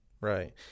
Right